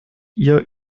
ihr